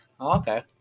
Okay